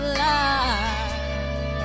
life